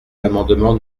l’amendement